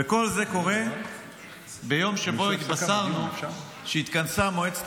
וכל זה קורה ביום שבו התבשרנו שהתכנסה מועצת